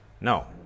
No